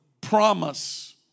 promise